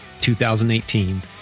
2018